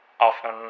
often